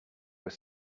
were